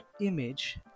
image